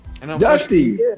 Dusty